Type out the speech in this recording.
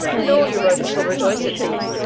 and all europa shall rejoice at thee,